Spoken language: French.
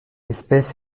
espèce